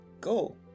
Go